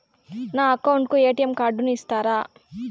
నా అకౌంట్ కు ఎ.టి.ఎం కార్డును ఇస్తారా